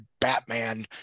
Batman